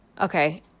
Okay